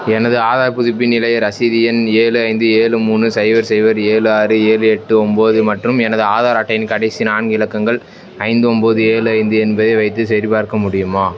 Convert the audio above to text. எனது ஆதார் புதுப்பின் நிலையை ரசீது எண் ஏழு ஐந்து ஏழு மூணு சைபர் சைபர் ஏழு ஆறு ஏழு எட்டு ஒம்பது மற்றும் எனது ஆதார் அட்டையின் கடைசி நான்கு இலக்கங்கள் ஐந்து ஒம்பது ஏழு ஐந்து என்பதை வைத்து சரிபார்க்க முடியுமா